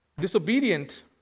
Disobedient